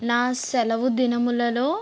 నా సెలవు దినములలో